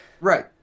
Right